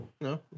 No